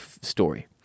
story